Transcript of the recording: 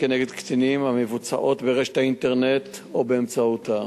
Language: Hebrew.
כנגד קטינים המבוצעות ברשת האינטרנט או באמצעותה.